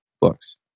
books